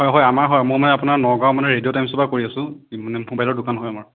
হয় হয় আমাৰ হয় মোৰ মানে আপোনাৰ নগাঁও মানে ৰেডিঅ' টাইমছৰ পৰা কৰি আছোঁ মানে মোবাইলৰ দোকান হয় আমাৰ